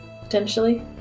potentially